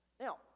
Now